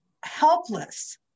helpless